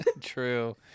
True